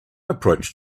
approach